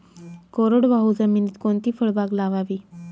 कोरडवाहू जमिनीत कोणती फळबाग लावावी?